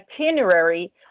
itinerary